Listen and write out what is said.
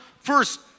First